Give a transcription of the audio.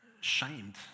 shamed